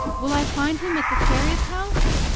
will i find him at the fairy's house?